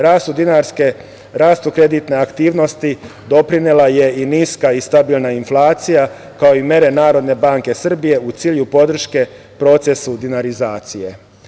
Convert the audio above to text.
Rastu kreditne aktivnosti doprinela je i niska i stabilna inflacija, kao i mere Narodne banke Srbije u cilju podrške procesu dinarizacije.